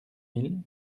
mille